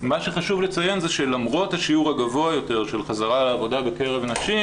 מה שחשוב לציין זה שלמרות השיעור הגבוה יותר של חזרה לעבודה בקרב נשים